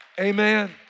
Amen